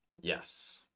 Yes